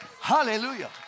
Hallelujah